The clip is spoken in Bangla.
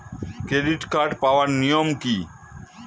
ক্রেডিট কার্ড পাওয়ার নিয়ম কী?